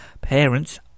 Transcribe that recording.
parents